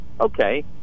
Okay